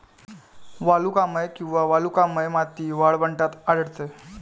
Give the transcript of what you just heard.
वालुकामय किंवा वालुकामय माती वाळवंटात आढळते